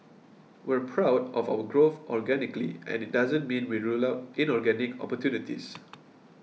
we're proud of our growth organically and it doesn't mean we rule out inorganic opportunities